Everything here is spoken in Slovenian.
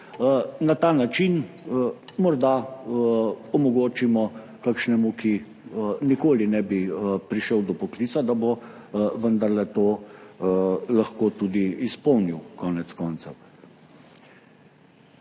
na ta način morda omogočimo kakšnemu, ki nikoli ne bi prišel do poklica, da bo vendarle to lahko tudi izpolnil konec koncev.